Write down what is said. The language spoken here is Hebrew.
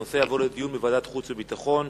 הנושא יעבור לדיון בוועדת חוץ וביטחון.